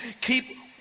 Keep